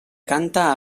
canta